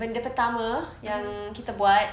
benda pertama yang kita buat